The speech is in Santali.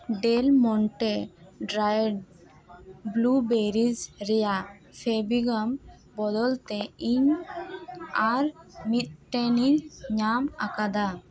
ᱰᱮᱞ ᱢᱚᱱᱴᱮ ᱰᱨᱟᱭᱮᱰ ᱵᱞᱩᱵᱮᱨᱤᱡᱽ ᱨᱮᱭᱟᱜ ᱯᱷᱮᱵᱤᱜᱟᱢ ᱨᱮᱭᱟᱜ ᱵᱚᱫᱚᱞ ᱛᱮ ᱤᱧ ᱟᱨ ᱢᱤᱫᱴᱮᱱᱤᱧ ᱧᱟᱢ ᱟᱠᱟᱫᱟ